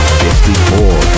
54